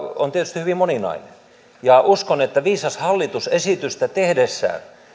on tietysti hyvin moninainen uskon että viisas hallitus esitystä tehdessään